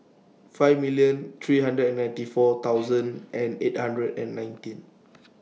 five million three hundred and ninety four thousand and eight hundred and nineteen